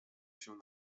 się